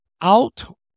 out